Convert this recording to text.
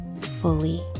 fully